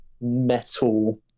metal